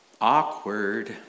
Awkward